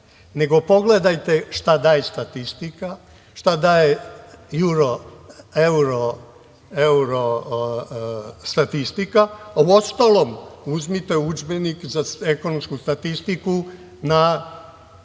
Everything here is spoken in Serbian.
nego pogledajte šta dajte statistika, šta daje Euro statistika, a uostalom uzmite udžbenik za ekonomsku statistiku,